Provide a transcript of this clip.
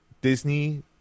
Disney